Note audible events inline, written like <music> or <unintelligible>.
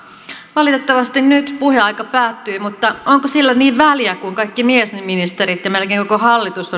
valitettavasti nyt puheaika päättyy mutta onko sillä niin väliä kun kaikki miesministerit ja melkein koko hallitus <unintelligible>